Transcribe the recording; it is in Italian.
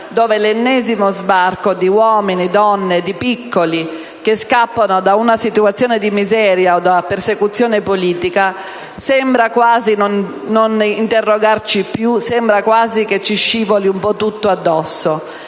dove l'ennesimo sbarco di uomini, donne e piccoli che scappano da una situazione di miseria o da persecuzione politica sembra quasi non interrogarci più; sembra quasi